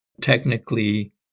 technically